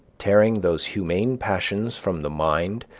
tearing those humane passions from the mind,